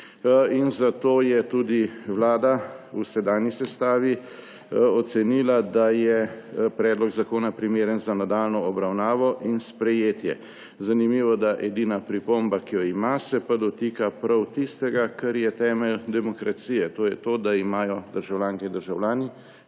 Zato je tudi vlada v sedanji sestavi ocenila, da je predlog zakona primeren za nadaljnjo obravnavo in sprejetje. Zanimivo, da se edina pripomba, ki jo ima, dotika pa prav tistega, kar je temelj demokracije, to je to, da imajo državljanke in državljani